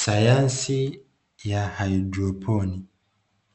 Sayansi ya haidroponi